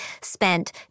spent